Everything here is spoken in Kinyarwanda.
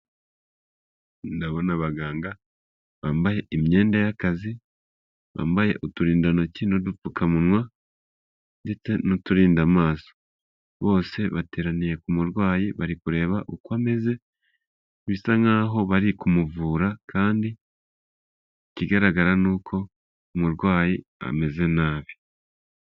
Ndabona abaganga bambaye imyenda y'akazi, bambaye uturindantoki n'udupfukamunwa ndetse n'uturindanda amaso bose bateraniye ku murwayi bari kureba uko ameze, bisa nkaho bari kumuvura kandi ikigaragara ni uko umurwayi ameze nabi.